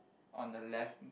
on the left